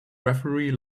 referee